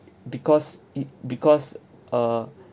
because it because err